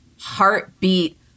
heartbeat